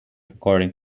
according